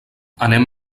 anem